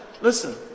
listen